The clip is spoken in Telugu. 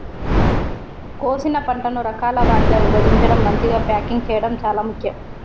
కోసిన పంటను రకాల వారీగా విభజించడం, మంచిగ ప్యాకింగ్ చేయడం చాలా ముఖ్యం